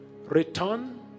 return